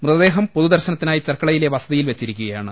മൃതദേഹം പൊതുദർശനത്തിനായി ചെർക്കളയിലെ വസതിയിൽ വെച്ചിരിക്കുകയാണ്